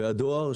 והדואר,